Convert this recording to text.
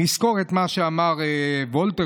נזכור את מה שאמר וולטר,